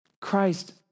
Christ